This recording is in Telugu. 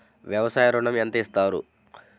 వ్యవసాయ ఋణం ఎంత ఇస్తారు?